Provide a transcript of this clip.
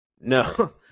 No